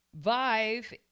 Vive